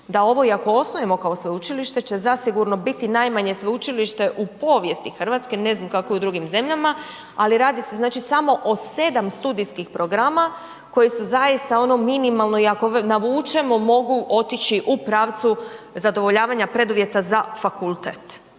da ovo i ako osnujemo kao sveučilište će zasigurno biti najmanje sveučilište u povijesti RH, ne znam kako je u drugim zemljama, ali radi se, znači smo o 7 studijskih programa koji su zaista ono minimalno i ako navučemo mogu otići u pravcu zadovoljavanja preduvjeta za fakultet,